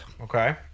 Okay